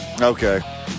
Okay